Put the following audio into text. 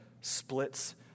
splits